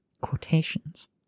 Quotations